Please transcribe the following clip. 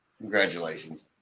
congratulations